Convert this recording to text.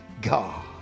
God